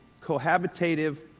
cohabitative